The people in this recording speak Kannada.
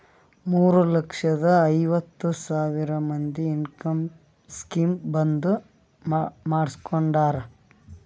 ಮೂರ ಲಕ್ಷದ ಐವತ್ ಸಾವಿರ ಮಂದಿ ಇನ್ಕಮ್ ಸ್ಕೀಮ್ ಬಂದ್ ಮಾಡುಸ್ಕೊಂಡಾರ್